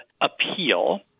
appeal